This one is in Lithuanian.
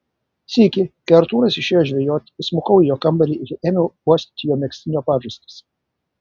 sykį kai artūras išėjo žvejoti įsmukau į jo kambarį ir ėmiau uostyti jo megztinio pažastis